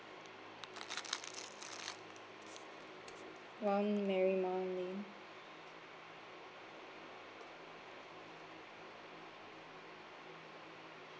one marymount lane